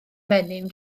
menyn